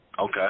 Okay